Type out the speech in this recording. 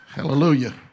Hallelujah